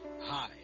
Hi